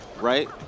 right